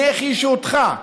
נחישותך,